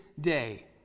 day